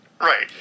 Right